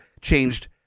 changed